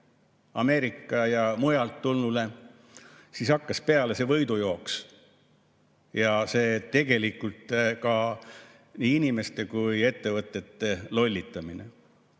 Ameerikast ja mujalt tulnule, siis hakkas peale see võidujooks ja tegelikult ka nii inimeste kui ka ettevõtete lollitamine.